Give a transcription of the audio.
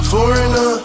Foreigner